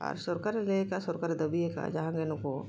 ᱟᱨ ᱥᱚᱨᱠᱟᱨᱮ ᱞᱟᱹᱭ ᱟᱠᱟᱜᱼᱟ ᱟᱨ ᱥᱚᱨᱠᱟᱨᱮ ᱫᱟᱵᱤᱭᱟᱠᱟᱜᱼᱟ ᱡᱟᱦᱟᱸ ᱜᱮ ᱱᱩᱠᱩ